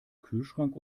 kühlschrank